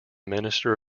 minister